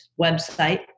website